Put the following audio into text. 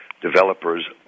developers